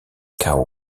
cao